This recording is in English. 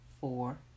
four